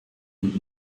und